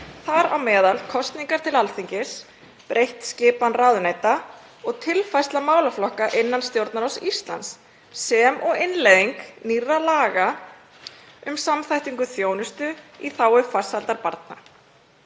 þar á meðal kosningar til Alþingis, breytt skipan ráðuneyta og tilfærsla málaflokka innan Stjórnarráðs Íslands sem og innleiðing nýrra laga um samþættingu þjónustu í þágu farsældar barna,